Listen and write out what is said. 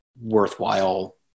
worthwhile